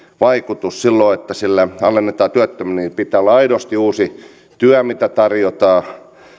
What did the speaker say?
vaikutukseen silloin kun sillä alennetaan työttömyyttä niin pitää olla aidosti uusi työ mitä tarjotaan